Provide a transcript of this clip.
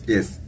Yes